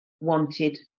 wanted